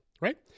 Right